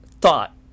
thought